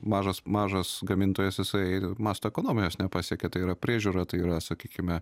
mažas mažas gamintojas jisai masto ekonomijos nepasiekė tai yra priežiūra tai yra sakykime